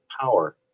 power